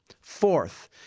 Fourth